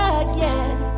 again